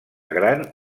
gran